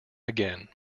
again